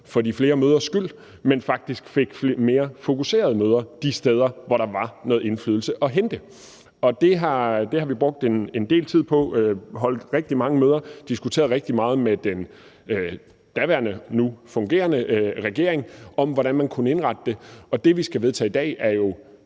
for de flere møders skyld, men at vi faktisk får mere fokuserede møder de steder, hvor der er noget indflydelse at hente, og det har vi brugt en del tid på. Vi har holdt rigtig mange møder, og vi har diskuteret rigtig meget med den daværende og nu fungerende regering om, hvordan man kunne indrette det, og det, vi skal vedtage i dag, er jo,